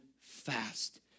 fast